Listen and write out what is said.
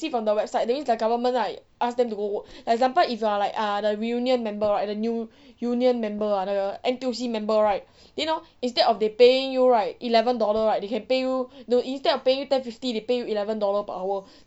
see from the website that means the government like ask them to go work like example if you are like the reunion member ah the new union member ah err N_T_U_C member right then hor instead of they paying you right eleven dollar right they can pay you instead of paying you ten fifty they can pay you eleven dollar per hour